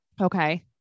Okay